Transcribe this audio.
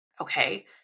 Okay